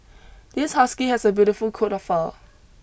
this husky has a beautiful coat of fur